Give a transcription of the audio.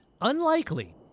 Unlikely